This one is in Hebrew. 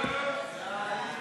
סעיפים